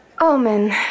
Omen